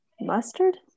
mustard